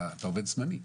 אתה עובד זמני.